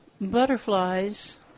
butterflies